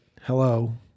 hello